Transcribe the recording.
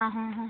അ